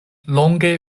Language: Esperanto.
longe